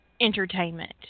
Entertainment